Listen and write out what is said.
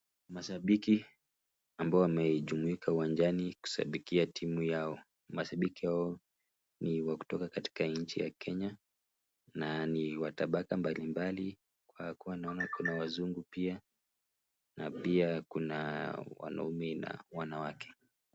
Mashabiki ambao wamejumuika uwanjani kushabikia timu yao. Mashabiki hao ni wa kutoka katika nchi ya Kenya na ni wa tabaka mbalimbali kwa kuwa naona kuna wazungu pia na pia kuna wanaume na wanawake.